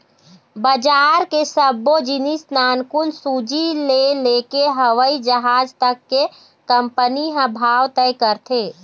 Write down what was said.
बजार के सब्बो जिनिस नानकुन सूजी ले लेके हवई जहाज तक के कंपनी ह भाव तय करथे